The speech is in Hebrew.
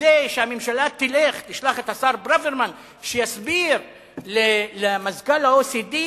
כדי שהממשלה תשלח את השר ברוורמן שיסביר למזכ"ל ה-OECD